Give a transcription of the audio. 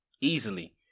Easily